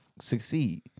Succeed